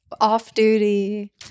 off-duty